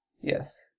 Yes